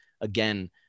again